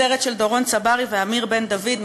בסרט של דורון צברי ואמיר בן-דוד,